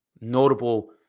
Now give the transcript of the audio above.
notable